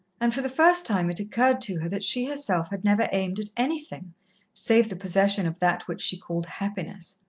and for the first time it occurred to her that she herself had never aimed at anything save the possession of that which she called happiness.